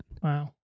Wow